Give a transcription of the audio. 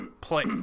Play